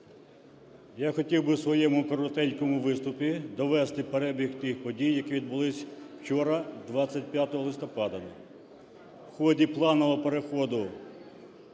Я хотів би в своєму коротенькому виступі довести перебіг тих подій, які відбулись вчора 25 листопада.